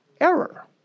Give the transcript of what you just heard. error